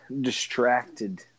distracted